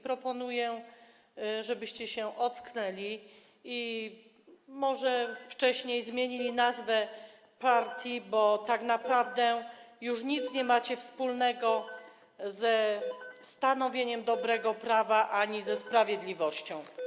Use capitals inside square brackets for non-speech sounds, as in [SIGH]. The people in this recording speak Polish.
Proponuję, żebyście się ocknęli i może wcześniej zmienili nazwę [NOISE] partii, bo tak naprawdę już nic nie macie wspólnego ze stanowieniem dobrego prawa ani ze sprawiedliwością.